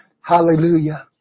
Hallelujah